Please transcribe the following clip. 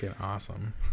awesome